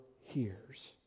hears